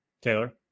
Taylor